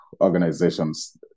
organizations